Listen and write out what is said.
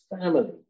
family